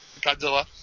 Godzilla